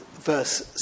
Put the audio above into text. verse